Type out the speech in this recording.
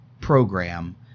program